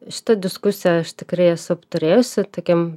šitą diskusiją aš tikrai esu apturėjusi tokiam